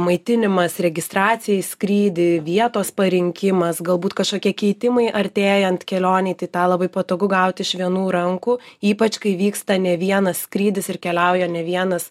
maitinimas registracija į skrydį vietos parinkimas galbūt kažkokie keitimai artėjant kelionei tai tą labai patogu gauti iš vienų rankų ypač kai vyksta ne vienas skrydis ir keliauja ne vienas